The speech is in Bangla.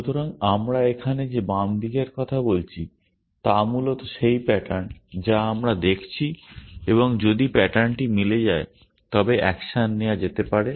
সুতরাং আমরা এখানে যে বাম দিকের কথা বলছি তা মূলত সেই প্যাটার্ন যা আমরা দেখছি এবং যদি প্যাটার্নটি মিলে যায় তবে অ্যাকশন নেওয়া যেতে পারে